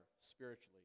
spiritually